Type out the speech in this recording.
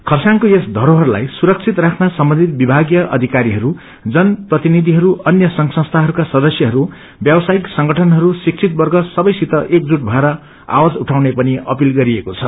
खरसाङको यस धरोहरलाई पुरक्षित राख्ने सम्बन्धित विभागीय अविकारीहरू जन प्रतिनिषिहरू अन्य संघ संस्थाहरूका सदस्यहरू व्यवसायिक संगठनहरू शिक्षितवर्ग सबैसित एकजुट भएर आवाज उठाउने पनि अपिल गरिएको छ